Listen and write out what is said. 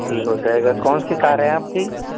जी हो जाएगा कौन सी कार है आपकी